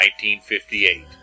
1958